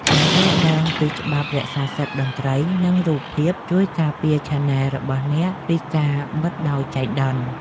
ការយល់ដឹងពីច្បាប់រក្សាសិទ្ធិតន្ត្រី និងរូបភាព ជួយការពារឆានែលរបស់អ្នកពីការបិទដោយចៃដន្យ។